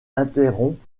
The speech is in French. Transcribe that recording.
interrompt